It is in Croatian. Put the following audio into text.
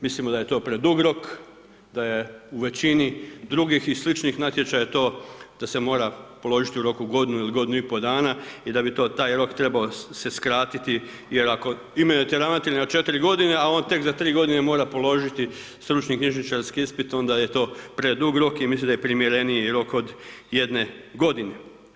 Mislimo da je to predug rok, da je u većini drugih i sličnih natječaja to da se mora položiti u roku godinu ili godinu i pol dana i da bi to taj rok trebao se skratiti jer ako imenujete ravnatelja na 4 godine, a on tek za 3 godine mora položiti stručni knjižničarski ispit, onda je to predug rok i mislim da je primjereniji rok od jedne godine.